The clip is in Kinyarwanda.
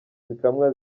zikamwa